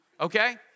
okay